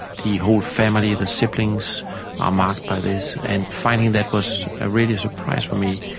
the whole family, the siblings are marked by this. and finding that was ah really a surprise for me,